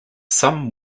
some